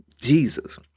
Jesus